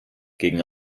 gegen